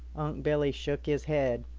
billy shook his head.